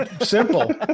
simple